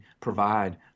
provide